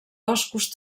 boscos